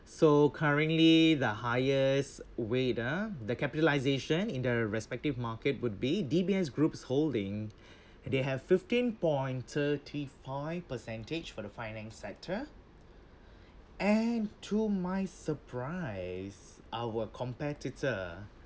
so currently the highest wait ah the capitalisation in the respective market would be D_B_S groups holding they have fifteen point thirty five percentage for the finance sector and to my surprise our competitor